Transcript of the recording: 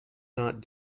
not